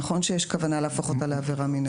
נכון שיש כוונה להפוך אותה לעבירה מינהלית.